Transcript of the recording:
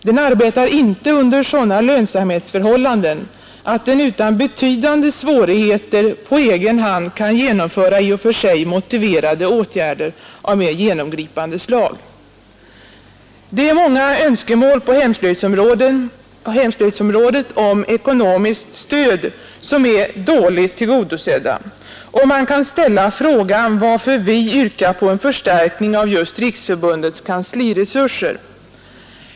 Den arbetar inte under sådana lönsamhetsförhållanden att den utan betydande svårigheter på egen hand kan genomföra i och för sig motiverade åtgärder av mer genomgripande slag. Det är många önskemål på hemslöjdsområdet om ekonomiskt stöd som är dåligt tillgodosedda, och man kan ställa frågan varför vi yrkar på en förstärkning av just Riksförbundets kansliresurser.